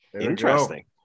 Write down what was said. Interesting